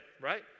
right